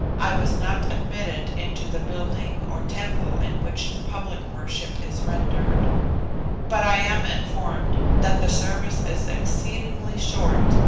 i was not admitted into the building or temple in which the public worship is rendered but i am informed that the service is exceedingly short,